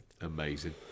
Amazing